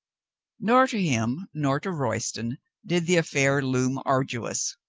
nor to him nor to royston did the aff air loom arduous.